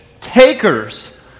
takers